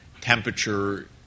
temperature